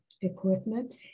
equipment